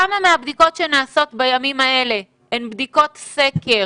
כמה מהבדיקות שנעשות בימים אלה הן בדיקות סקר